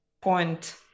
point